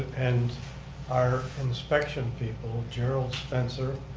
and our inspection people, gerald spencer,